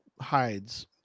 hides